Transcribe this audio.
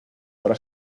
ahora